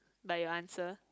by your answer